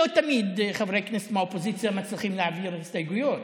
לא תמיד חברי כנסת מהאופוזיציה מצליחים להעביר הסתייגויות,